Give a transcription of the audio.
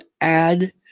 add